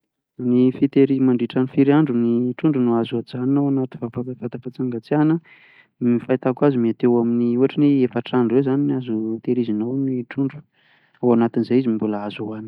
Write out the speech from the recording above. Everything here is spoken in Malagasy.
Ny fitehirizana mandritra ny firy andro ny trondro no azo ajanona ao anaty vata fampangatsiahana? ny fahitako azy mety eo amin'ny ohatra hoe eo amin'ny efatra andro eo izany no azo tehirizina ao ny trondro, ao anatin'izay izy mbola azo hoanina tsara.